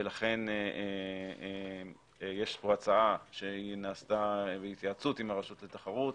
ולכן יש פה הצעה שנעשתה בהתייעצות עם הרשות לתחרות